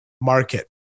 market